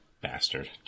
bastard